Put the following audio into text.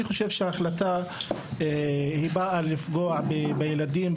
אני חושב שההחלטה היא באה לפגוע בילדים,